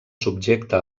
subjecte